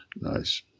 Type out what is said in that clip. Nice